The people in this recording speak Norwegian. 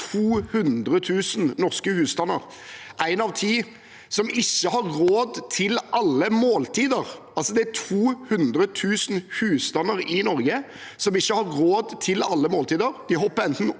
200 000 norske husstander – én av ti – som ikke har råd til alle måltider. Det er 200 000 husstander i Norge som ikke har råd til alle måltider. De hopper enten